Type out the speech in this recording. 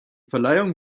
verleihung